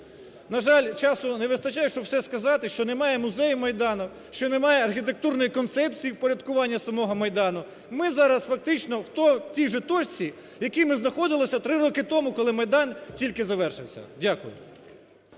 На жаль, часу не вистачає, щоб все сказати, що немає Музею Майдану, що немає архітектурної концепції упорядкування самого Майдану. Ми зараз фактично в тій же точці, в якій ми знаходилися три року тому, коли Майдан тільки завершився. Дякую.